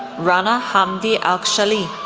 rana hamdi alkhshali,